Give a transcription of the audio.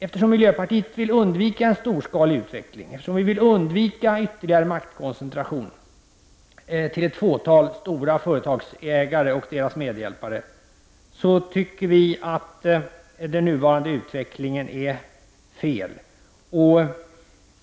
Eftersom miljöpartiet vill undvika en storskalig utveckling och en ytterligare maktkoncentration till ett fåtal stora företagsägare och deras medhjälpare, tycker vi att den nuvarande utvecklingen är fel.